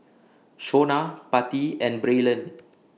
Shona Patti and Braylen